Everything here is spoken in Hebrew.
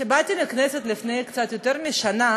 כשבאתי לכנסת לפני קצת יותר משנה,